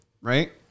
right